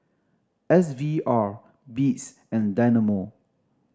S V R Beats and Dynamo